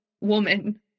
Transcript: woman